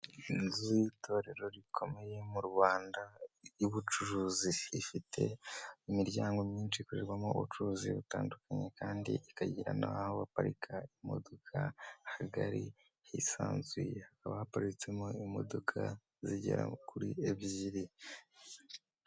Inzu y'itorero rikomeye mu Rwanda y'ubucuruzi, ifite imiryango myinshi ikorerwamo ubucuruzi butandukanye kandi ikagira n'aho baparika imodoka hagari, hisanzuye, hakaba haparitsemo imodoka zigera kuri ebyiri.